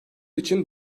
için